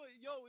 Yo